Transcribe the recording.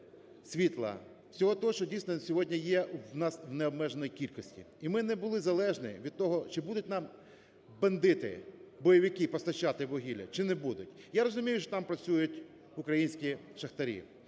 води світла – всього того, що, дійсно, сьогодні є в нас в необмеженій кількості, і ми не були залежні від того, чи будуть нам бандити, бойовики постачати вугілля, чи не будуть. Я розумію, що там працюють українські шахтарі.